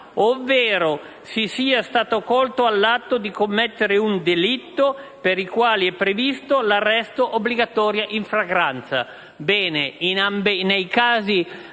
ovvero se siano colti nell'atto di commettere un delitto per il quale è previsto l'arresto obbligatorio in flagranza.